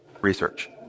research